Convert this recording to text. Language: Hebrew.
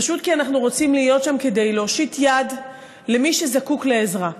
פשוט כי אנחנו רוצים להיות שם כדי להושיט יד למי שזקוק לעזרה.